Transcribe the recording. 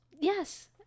yes